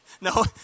No